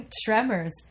Tremors